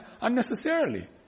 unnecessarily